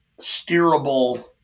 steerable